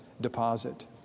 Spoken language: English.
deposit